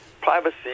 privacy